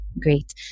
Great